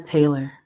Taylor